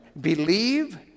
Believe